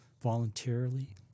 voluntarily